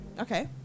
okay